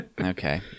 Okay